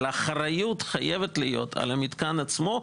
אבל האחריות חייבת להיות על המתקן עצמו,